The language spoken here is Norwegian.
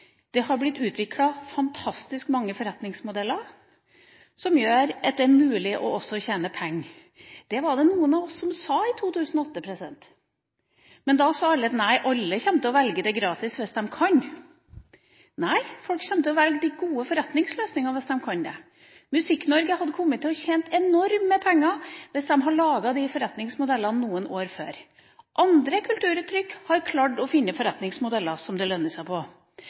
Det har blitt utviklet fantastisk mange forretningsmodeller som gjør at det også er mulig å tjene penger. Det var det noen av oss som sa i 2008, men da sa alle at nei, alle kommer til å velge det som er gratis, hvis de kan. Nei, folk kommer til å velge de gode forretningsløsningene hvis de kan det. Musikk-Norge hadde kunnet tjene enorme penger hvis de hadde laget de forretningsmodellene noen år før. Andre kulturuttrykk har klart å finne forretningsmodeller som lønner seg.